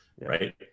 right